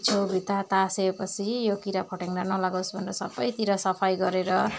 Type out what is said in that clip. छेउ भित्ता तासेपछि यो किराफट्याङ्ग्रा नलागोस् भनेर सबैतिर सफाइ गरेर